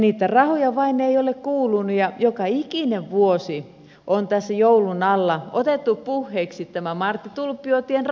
niitä rahoja vain ei ole kuulunut ja joka ikinen vuosi on tässä joulun alla otettu puheeksi tämä marttitulppio tien rahoitus